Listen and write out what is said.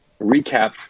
recap